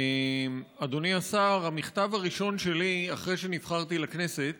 אדוני השר, המכתב הראשון שלי אחרי שנבחרתי לכנסת